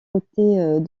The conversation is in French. côtés